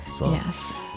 Yes